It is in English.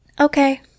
Okay